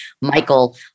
Michael